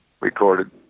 recorded